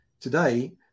Today